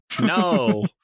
No